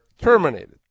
terminated